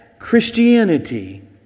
Christianity